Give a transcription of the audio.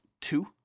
two